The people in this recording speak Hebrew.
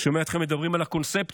אני שומע אתכם מדברים על הקונספציה,